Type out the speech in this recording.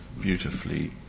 beautifully